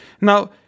Now